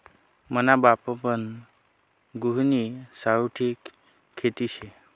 मना बापपन गहुनी सावठी खेती शे